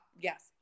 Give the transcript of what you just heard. yes